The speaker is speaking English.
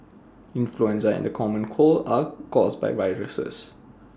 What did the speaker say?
influenza and the common cold are caused by viruses